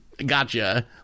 gotcha